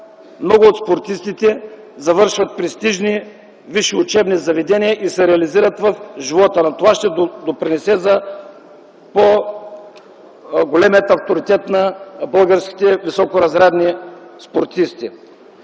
много от спортистите завършват престижни висши учебни заведения и се реализират в живота, но това ще допринесе за по-големия авторитет на българските високоразрядни спортисти.